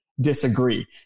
disagree